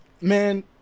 Man